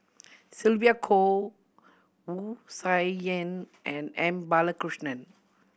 Sylvia Kho Wu Tsai Yen and M Balakrishnan